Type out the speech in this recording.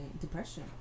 depression